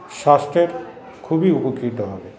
স্বাস্থ্যের খুবই উপকৃত হবে